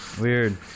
Weird